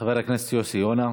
חבר הכנסת יוסי יונה.